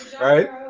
right